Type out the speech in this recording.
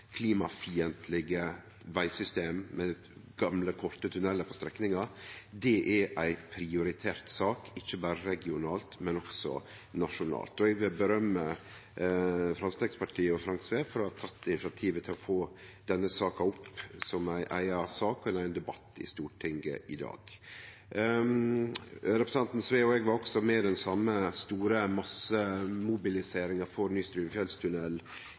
klimafiendtlege vegsystem med gamle, korte tunnelar på strekninga, er ei prioritert sak – ikkje berre regionalt, men også nasjonalt. Eg vil rose Framstegspartiet og Frank Sve for å ha teke initiativet til å få denne saka opp som ei eiga sak og ein eigen debatt i Stortinget i dag. Representanten Sve og eg var også med i den same, store massemobiliseringa for ny